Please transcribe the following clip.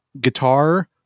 guitar